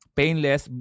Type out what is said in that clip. painless